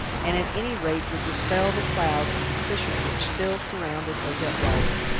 and at any rate would dispel the cloud of suspicion which still surrounded odette rider.